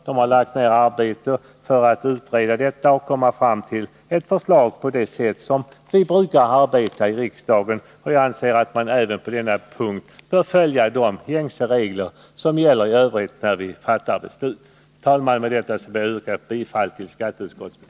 Den har lagt ner arbete för att utreda denna fråga och komma fram till ett förslag, enligt det sätt som vi brukar arbeta på i riksdagen. Jag anser att vi även på denna punkt bör följa de gängse — reglerna i övrigt när vi fattar beslut. Herr talman! Med detta ber jag att få yrka bifall till skatteutskottets